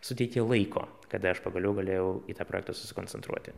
suteikė laiko kada aš pagaliau galėjau į tą projektą susikoncentruoti